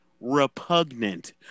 repugnant